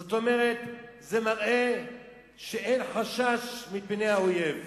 זאת אומרת, זה מראה שאין חשש מפני האויב,